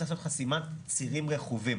צריך לעשות חסימת צירים רכובים.